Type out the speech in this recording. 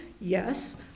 Yes